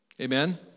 Amen